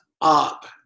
up